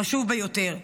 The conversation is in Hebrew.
חשוב ביותר.